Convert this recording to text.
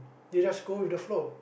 you just go with the flow